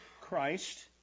Christ